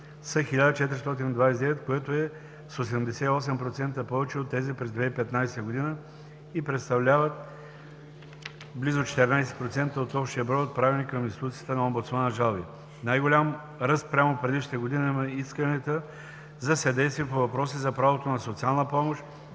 са 1429, което е с 88% повече от тези през 2015 г. и представляват близо 14% от общия брой, отправени към институцията на омбудсмана жалби. Най-голям ръст спрямо предишната година имат исканията за съдействие по въпроси за право на социална помощ,